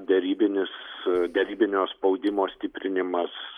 derybinis derybinio spaudimo stiprinimas